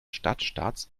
stadtstaats